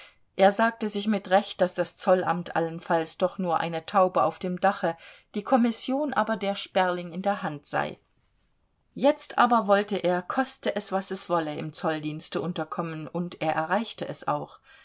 er sagte sich mit recht daß das zollamt allenfalls doch nur eine taube auf dem dache die kommission aber der sperling in der hand sei jetzt aber wollte er koste es was es wolle im zolldienste unterkommen und er erreichte es auch